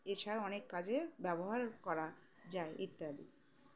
এছাড়া অনেক কাজে ব্যবহার করা যায় ইত্যাদি